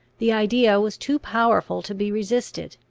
the idea was too powerful to be resisted.